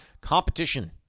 competition